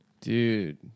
Dude